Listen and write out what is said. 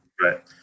right